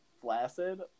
flaccid